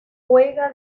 juega